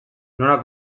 nola